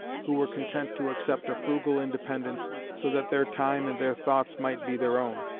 who were content to accept a frugal independence so that their time and their thoughts might be their own.